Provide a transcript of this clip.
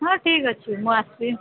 ହଁ ଠିକ୍ ଅଛି ମୁଁ ଆସିବି